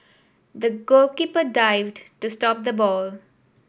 the goalkeeper dived to stop the ball